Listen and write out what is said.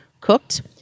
cooked